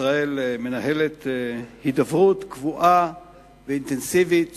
ישראל מנהלת הידברות קבועה ואינטנסיבית